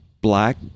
black